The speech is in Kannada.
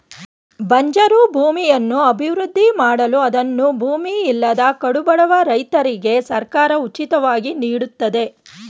ಬಂಜರು ಭೂಮಿಯನ್ನು ಅಭಿವೃದ್ಧಿ ಮಾಡಲು ಅದನ್ನು ಭೂಮಿ ಇಲ್ಲದ ಕಡುಬಡವ ರೈತರಿಗೆ ಸರ್ಕಾರ ಉಚಿತವಾಗಿ ನೀಡುತ್ತದೆ